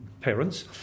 parents